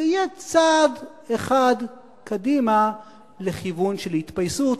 זה יהיה צעד אחד קדימה לכיוון של התפייסות,